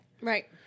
Right